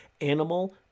Animal